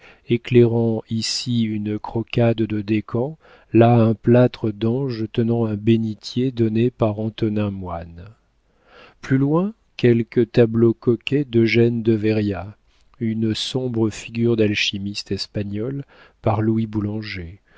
éclairant ici une croquade de decamps là un plâtre d'ange tenant un bénitier donné par antonin moine plus loin quelque tableau coquet d'eugène devéria une sombre figure d'alchimiste espagnol par louis boulanger